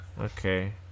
okay